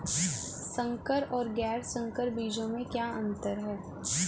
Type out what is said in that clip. संकर और गैर संकर बीजों में क्या अंतर है?